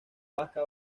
vasca